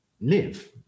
live